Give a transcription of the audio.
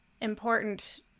important